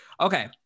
okay